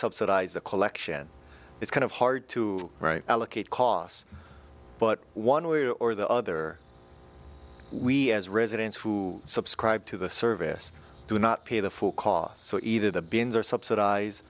subsidize the collection it's kind of hard to write allocate costs but one way or the other we as residents who subscribe to the service do not pay the full cost so either the bins or subsidize